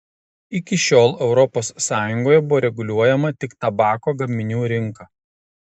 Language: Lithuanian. iki šiol europos sąjungoje buvo reguliuojama tik tabako gaminių rinka